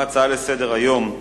לסדר-היום מס'